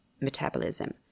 metabolism